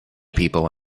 people